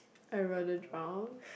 I rather drown